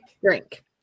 drink